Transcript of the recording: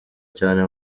cyane